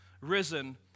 risen